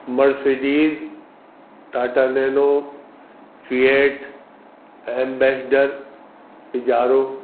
Mercedes Tata Nano Fiat Ambassador پجارو